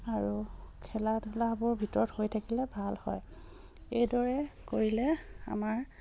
আৰু খেলা ধূলাবোৰ ভিতৰত হৈ থাকিলে ভাল হয় এইদৰে কৰিলে আমাৰ